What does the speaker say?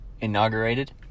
inaugurated